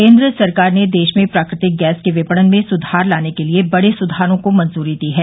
केन्द्र सरकार ने देश में प्राकृतिक गैस के विपणन में सुधार लाने के लिए बडे सुधारों को मंजूरी दी है